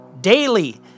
Daily